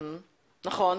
נכון.